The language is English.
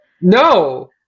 No